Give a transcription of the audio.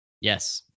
Yes